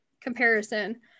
comparison